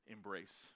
Embrace